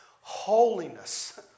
holiness